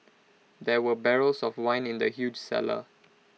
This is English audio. there were barrels of wine in the huge cellar